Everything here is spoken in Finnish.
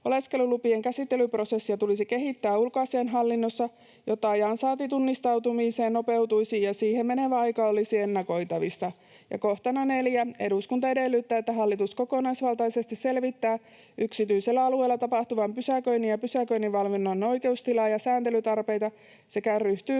oleskelulupien käsittelyprosessia tulisi kehittää ulkoasiainhallinnossa, jotta ajan saanti tunnistautumiseen nopeutuisi ja siihen menevä aika olisi ennakoitavissa.” 4) ”Eduskunta edellyttää, että hallitus kokonaisvaltaisesti selvittää yksityisellä alueella tapahtuvan pysäköinnin ja pysäköinninvalvonnan oikeustilaa ja sääntelytarpeita sekä ryhtyy selvityksen